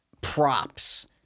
props